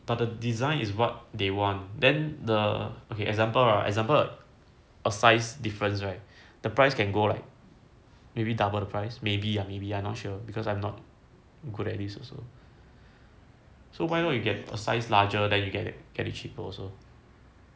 but the design is what they want then the okay example lah example a size difference right the price can go like maybe double the price maybe ah maybe I not sure because I'm not good at this also so why not you get a size larger then you get it get it cheaper also